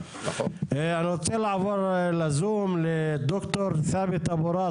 אני רוצה לעבור לזום לד"ר ת'אבת אבו ראס.